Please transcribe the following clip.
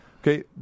Okay